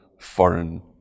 foreign